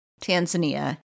Tanzania